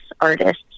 artists